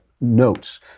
notes